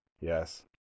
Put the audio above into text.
Yes